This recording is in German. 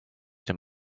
dem